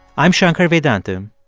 i'm shankar vedantam,